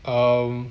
um